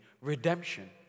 redemption